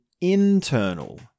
internal